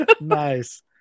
nice